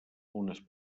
unes